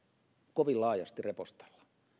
kovin laajasti repostella